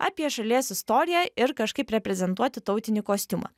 apie šalies istoriją ir kažkaip reprezentuoti tautinį kostiumą